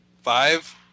five